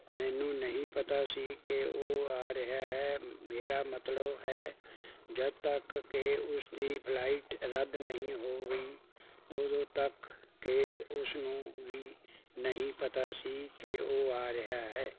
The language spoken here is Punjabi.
ਮੈਨੂੰ ਨਹੀਂ ਪਤਾ ਸੀ ਕਿ ਉਹ ਆ ਰਿਹਾ ਹੈ ਮੇਰਾ ਮਤਲਬ ਹੈ ਜਦੋਂ ਤੱਕ ਕਿ ਉਸ ਦੀ ਫਲਾਈਟ ਰੱਦ ਨਹੀਂ ਹੋ ਗਈ ਉਦੋਂ ਤੱਕ ਕਿ ਉਸ ਨੂੰ ਵੀ ਨਹੀਂ ਪਤਾ ਸੀ ਕਿ ਉਹ ਆ ਰਿਹਾ ਹੈ